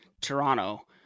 Toronto